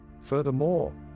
Furthermore